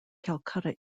calcutta